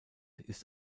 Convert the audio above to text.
ist